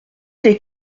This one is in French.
des